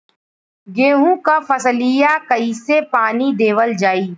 गेहूँक फसलिया कईसे पानी देवल जाई?